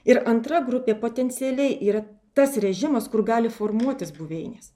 ir antra grupė potencialiai yra tas režimas kur gali formuotis buveinės